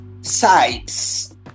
sides